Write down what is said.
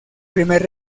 primer